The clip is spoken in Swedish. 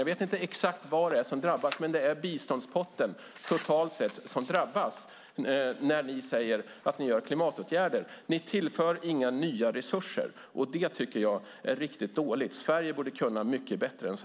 Jag vet inte exakt vilka områden som drabbas, men det är biståndspotten totalt sett som drabbas när ni säger att ni vidtar klimatåtgärder. Ni tillför inga nya resurser. Det är riktigt dåligt. Sverige borde kunna bättre än så.